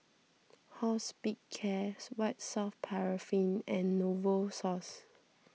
Hospicares White Soft Paraffin and Novosource